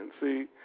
see